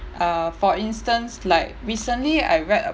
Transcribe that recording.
uh for instance like recently I read